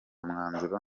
mwanzuro